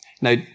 now